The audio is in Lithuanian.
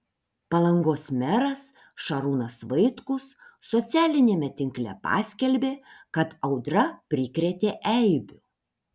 palangos meras šarūnas vaitkus socialiniame tinkle paskelbė kad audra prikrėtė eibių